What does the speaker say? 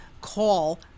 Call